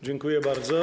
Dziękuję bardzo.